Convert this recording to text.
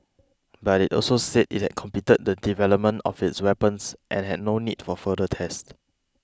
but it also said it had completed the development of its weapons and had no need for further tests